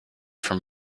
from